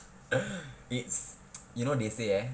it's you know they say eh